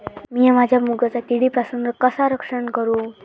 मीया माझ्या मुगाचा किडीपासून कसा रक्षण करू?